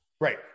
right